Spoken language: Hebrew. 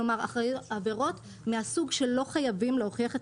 כלומר עבירות מסוג שלא חייבים להוכיח את